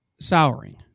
souring